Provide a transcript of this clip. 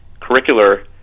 curricular